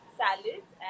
salads